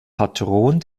patron